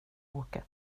åka